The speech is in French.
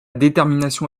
détermination